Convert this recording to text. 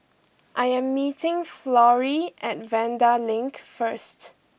I am meeting Florrie at Vanda Link first